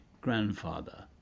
grandfather